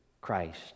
Christ